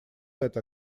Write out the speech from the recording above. это